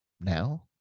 now